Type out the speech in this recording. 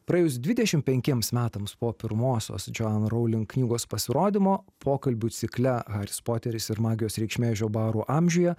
praėjus dvidešimt penkiems metams po pirmosios joanne rowling knygos pasirodymo pokalbių cikle haris poteris ir magijos reikšmė žiobarų amžiuje